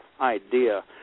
idea